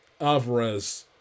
Alvarez